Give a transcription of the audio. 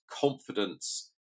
confidence